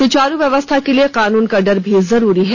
सुचारू व्यवस्था के लिए कानून का डर भी जरूरी है